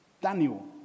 Daniel